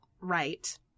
right